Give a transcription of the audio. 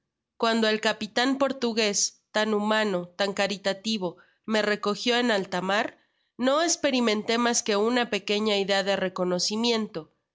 cuando el capitan portugués tan humano tan caritativo me recogió en alta mar no esperimenté mas que una pequeña idea de reconocimiento